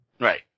Right